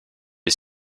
est